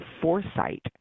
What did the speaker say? foresight